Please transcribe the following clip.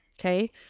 okay